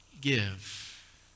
give